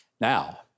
Now